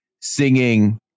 singing